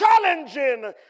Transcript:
challenging